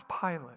Pilate